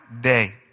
day